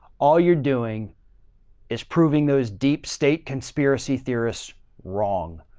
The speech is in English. all you're doing is proving those deep state conspiracy theorists wrong.